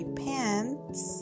pants